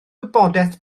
wybodaeth